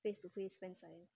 face to face fan sign